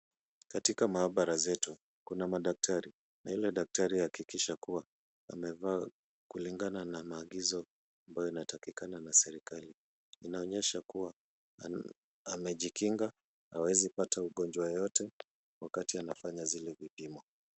Katika maabara zetu kuna madaktari na kila daktari huhakikisha kua amevaa kulingana na maagizo ambayo yanatakikana na serikali. Inaonyesha kua amejikinga hawezi kupata ungonjwa yeyote wakati anafanya zile vipimo.